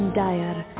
dire